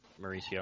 Mauricio